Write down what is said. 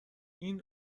این